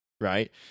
Right